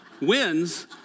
wins